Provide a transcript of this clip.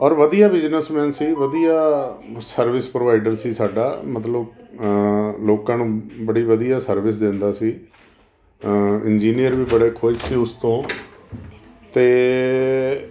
ਔਰ ਵਧੀਆ ਬਿਜਨਸਮੈਨ ਸੀ ਵਧੀਆ ਸਰਵਿਸ ਪ੍ਰੋਵਾਈਡਰ ਸੀ ਸਾਡਾ ਮਤਲਬ ਲੋਕਾਂ ਨੂੰ ਬੜੀ ਵਧੀਆ ਸਰਵਿਸ ਦਿੰਦਾ ਸੀ ਇੰਜੀਨੀਅਰ ਵੀ ਬੜੇ ਖੁਸ਼ ਸੀ ਉਸ ਤੋਂ ਅਤੇ